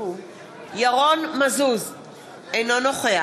אינו נוכח